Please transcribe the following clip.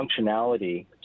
functionality